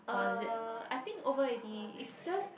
uh I think over already is just that